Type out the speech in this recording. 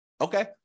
Okay